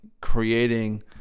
creating